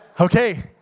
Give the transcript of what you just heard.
Okay